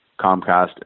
Comcast